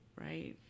right